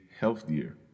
healthier